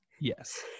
Yes